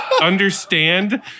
understand